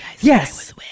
yes